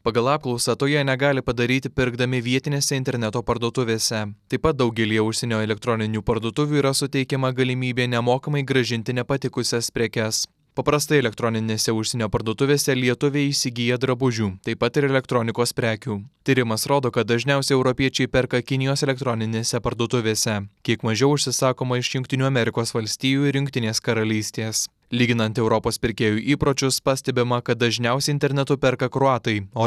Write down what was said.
pagal apklausą to jie negali padaryti pirkdami vietinėse interneto parduotuvėse taip pat daugelyje užsienio elektroninių parduotuvių yra suteikiama galimybė nemokamai grąžinti nepatikusias prekes paprastai elektroninėse užsienio parduotuvėse lietuviai įsigyja drabužių taip pat ir elektronikos prekių tyrimas rodo kad dažniausiai europiečiai perka kinijos elektroninėse parduotuvėse kiek mažiau užsisakoma iš jungtinių amerikos valstijų ir jungtinės karalystės lyginant europos pirkėjų įpročius pastebima kad dažniausiai internetu perka kroatai o